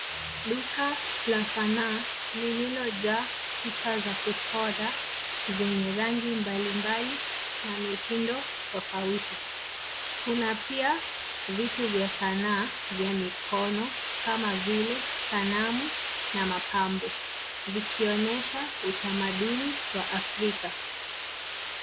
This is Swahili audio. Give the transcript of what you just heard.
Duka la sanaa lililojaa picha za kuchora zenye rangi mbalimbali na mitindo tofauti. Kuna pia vitu vya sanaa vya mikono kama vile sanamu na mapambo likionyesha utamaduni wa Afrrika.